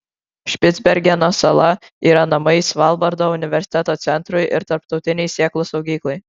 špicbergeno sala yra namai svalbardo universiteto centrui ir tarptautinei sėklų saugyklai